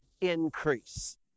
increase